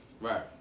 Right